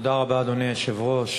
תודה רבה, אדוני היושב-ראש.